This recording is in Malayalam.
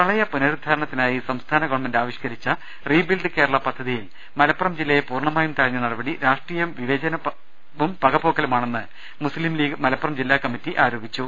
പ്രളയ പുനരുദ്ധാരണത്തിനായി സൃംസ്ഥാന ഗവൺമെന്റ് ആവിഷ് കരിച്ച റീ ബിൽഡ് കേരള പദ്ധതിയിൽ മലപ്പുറം ജില്ലയെ പൂർണ്ണമായും തഴഞ്ഞ നടപടി രാഷട്രീയ വിവേചനവും പകപോക്കലുമാണെന്ന് മുസ്ലിം ലീഗ് മലപ്പുറം ജില്ലാ കമ്മറ്റി ആരോപിച്ചു